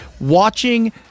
watching